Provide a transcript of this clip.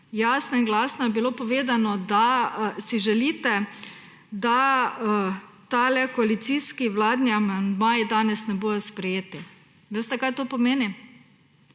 Jasno in glasno je bilo povedano, da si želite, da koalicijski vladni amandmaji danes ne bodo sprejeti. Veste, kaj to pomeni?